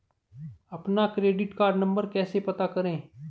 अपना credit card number कैसे पता करें?